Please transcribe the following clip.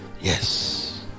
Yes